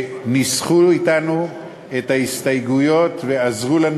שניסחו אתנו את ההסתייגויות ועזרו לנו